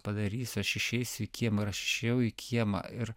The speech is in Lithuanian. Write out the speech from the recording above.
padarysiu aš išeisiu į kiemą ir aš išėjau į kiemą ir